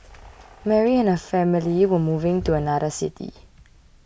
Mary and her family were moving to another city